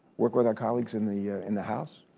work with our colleagues in the in the house.